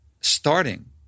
starting